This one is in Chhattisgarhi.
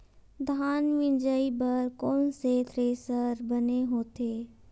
धान मिंजई बर कोन से थ्रेसर बने होथे?